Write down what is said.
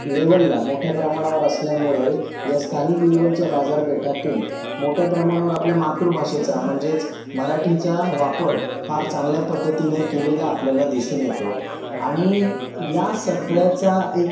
लेवलला मोठ्या प्रमाणावर असल्यामुळे या स्थानिक लेवलच्या बाजारपेठातून मोठ्या प्रमाणावर आपल्या मातृभाषेचा म्हणजेच मराठीचा वापर फार चांगल्या पद्धतीने केलेला आपल्याला दिसून येतो आणि या सगळ्याचा एक